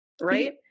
Right